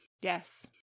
Yes